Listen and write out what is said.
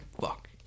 fuck